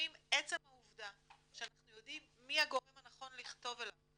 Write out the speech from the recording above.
לפעמים עצם העובדה שאנחנו יודעים מי הגורם הנכון לכתוב אליו,